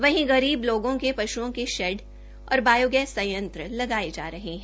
वहीं गरीब लोगों के पशुओं के शैड और बायोगैस संयंत्र लगाये जा रहे है